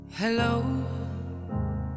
Hello